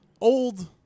old